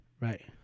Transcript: Right